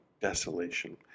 desolation